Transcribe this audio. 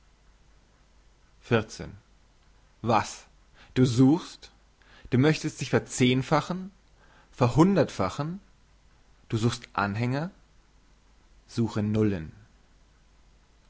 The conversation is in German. was du suchst du möchtest dich verzehnfachen verhundertfachen du suchst anhänger suche nullen